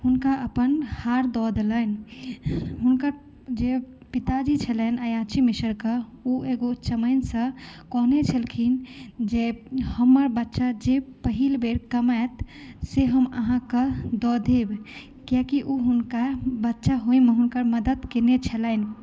हुनका अपन हार दऽ देलनि हुनकर जे पिताजी छलनि अयाची मिसर के ओ एगो चमाइनसँ कहने छलखिन जे हमर बच्चा जे पहिल बेर कमायत से हम आहाँ के दऽ देब कियाकि ओ हुनका बच्चा होइ मे हुनकर मदद कयने छलनि